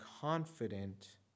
confident